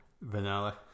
vanilla